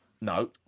No